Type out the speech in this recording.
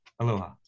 Aloha